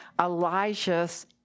Elijah's